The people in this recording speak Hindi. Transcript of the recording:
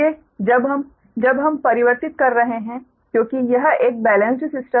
इसलिए जब हम जब हम परिवर्तित कर रहे हैं क्योंकि यह एक बेलेंस्ड सिस्टम है